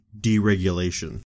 deregulation